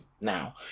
now